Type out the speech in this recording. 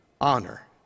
honor